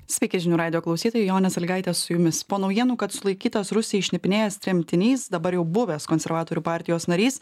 sveiki žinių radijo klausytojai jonė salygaitė su jumis po naujienų kad sulaikytas rusijai šnipinėjęs tremtinys dabar jau buvęs konservatorių partijos narys